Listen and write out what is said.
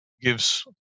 gives